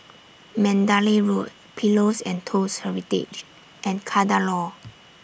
Mandalay Road Pillows and Toast Heritage and Kadaloor